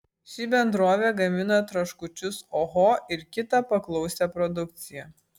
ši bendrovė gamina traškučius oho ir kitą paklausią produkciją